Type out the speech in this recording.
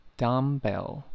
（dumbbell） 。